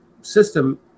system